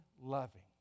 loving